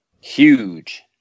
huge